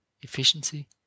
efficiency